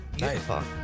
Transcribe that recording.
Nice